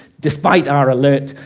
despite our alert,